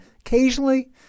Occasionally